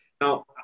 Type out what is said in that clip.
Now